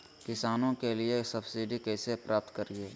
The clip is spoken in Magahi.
किसानों के लिए सब्सिडी कैसे प्राप्त करिये?